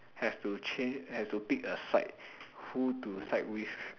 has to change have to pick a side who to side with